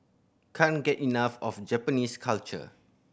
can't get enough of Japanese culture